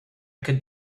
could